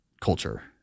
culture